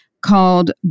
called